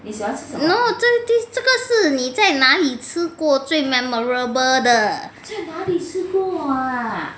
no 这个这个事你在哪里吃过最 memorable 的